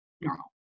normal